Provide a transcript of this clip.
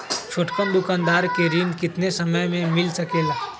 छोटकन दुकानदार के ऋण कितने समय मे मिल सकेला?